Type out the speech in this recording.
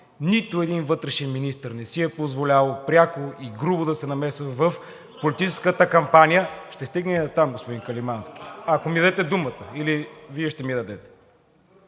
нито един вътрешен министър не си е позволявал пряко и грубо да се намесва в политическата кампания… (Реплики от ИТН.) Ще стигна и дотам, господин Каримански, ако ми дадете думата, или Вие ще ми я дадете?